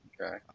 Okay